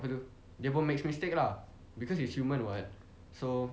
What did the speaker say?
apa tu dia pun makes mistake lah because he's human [what] so